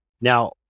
Now